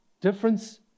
Difference